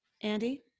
Andy